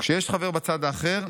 "כשיש חבר בצד האחר,